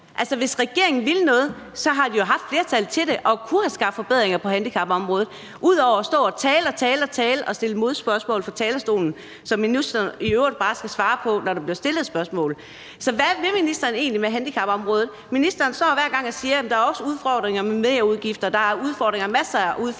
hvis regeringen ville noget, har de jo haft flertallet til det og har kunnet skabe forbedringer på handicapområdet i stedet for at stå og tale og tale og stille modspørgsmål fra talerstolen; ministeren skal bare svare, når der bliver stillet et spørgsmål. Så hvad vil ministeren egentlig med handicapområdet? Ministeren står hver gang og siger, at der også er udfordringer med merudgifter, og at der er masser af udfordringer